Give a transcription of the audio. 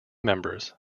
members